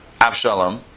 Avshalom